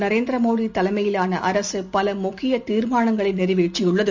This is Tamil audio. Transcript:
ஆற நரேந்திரமோடிதலைமையிலானஅரசுபலமுக்கியதீர்மானங்களைநிறைவேற்றியுள்ளது